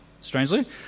strangely